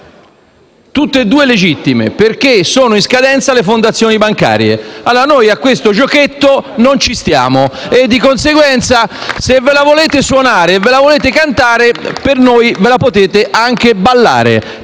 entrambe legittime? Perché sono in scadenza le fondazioni bancarie. Ebbene, noi a questo giochetto non ci stiamo e di conseguenza, se ve la volete suonare e ve la volete cantare, per noi ve la potete anche ballare,